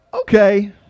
okay